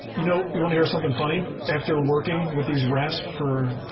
you know, you want to hear something funny? after working with these rasps for,